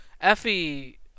Effie